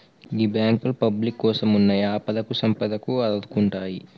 గీ బాంకులు పబ్లిక్ కోసమున్నయ్, ఆపదకు సంపదకు ఆదుకుంటయ్